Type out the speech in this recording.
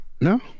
No